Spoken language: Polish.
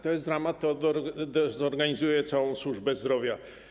To jest dramat, który dezorganizuje całą służbę zdrowia.